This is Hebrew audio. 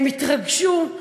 הם התרגשו.